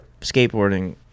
skateboarding